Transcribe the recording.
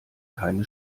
keine